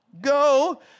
Go